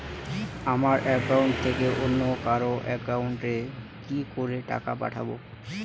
আমার একাউন্ট থেকে অন্য কারো একাউন্ট এ কি করে টাকা পাঠাবো?